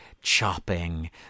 chopping